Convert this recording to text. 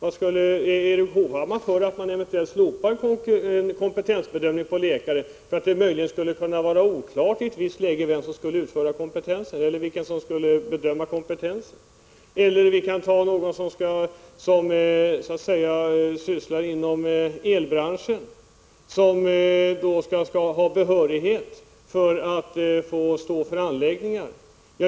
Är Erik Hovhammar för att eventuellt slopa kompetensbedömning av läkare för att det möjligen skulle kunna vara oklart i ett visst läge vem som skall bedöma kompetensen? Vi kan ta någon som arbetar i elbranschen och måste ha behörighet för att få ta ansvar för elanläggningar.